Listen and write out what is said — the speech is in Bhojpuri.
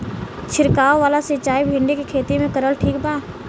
छीरकाव वाला सिचाई भिंडी के खेती मे करल ठीक बा?